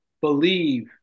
believe